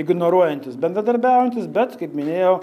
ignoruojantis bendradarbiaujantis bet kaip minėjau